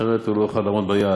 אחרת הוא לא יוכל לעמוד ביעד.